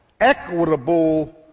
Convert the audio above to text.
equitable